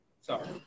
Sorry